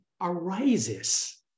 arises